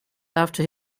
after